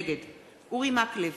נגד אורי מקלב,